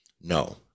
No